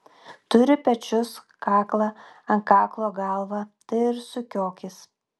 turi pečius kaklą ant kaklo galvą tai ir sukiokis